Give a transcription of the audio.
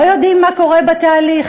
לא יודעים מה קורה בתהליך,